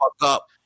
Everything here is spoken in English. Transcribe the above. up